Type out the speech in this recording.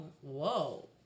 whoa